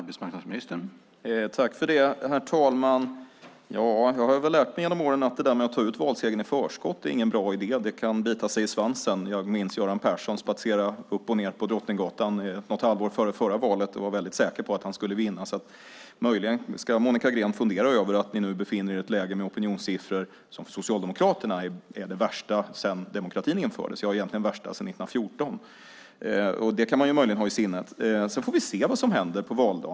Herr talman! Jag har genom åren lärt mig att det inte är någon bra idé att ta ut valsegern i förskott. Man kan bita sig själv i svansen om man gör det. Jag minns hur Göran Persson spatserade upp och ned på Drottninggatan något halvår före förra valet och var säker på att han skulle vinna. Möjligen ska Monica Green fundera över att de nu befinner sig i ett läge med opinionssiffror som för Socialdemokraterna är de sämsta sedan demokratin infördes, ja, egentligen de sämsta sedan 1914. Det kan man möjligen hålla i minnet. Sedan får vi se vad som händer på valdagen.